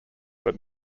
but